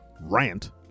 rant